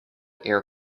air